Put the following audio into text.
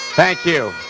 thank you.